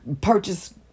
purchase